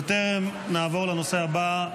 ובטרם נעבור לנושא הבא,